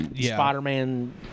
Spider-Man